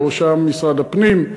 בראשם משרד הפנים,